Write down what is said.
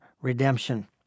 redemption